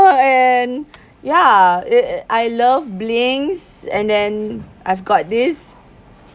and ya I love blings and then I've got this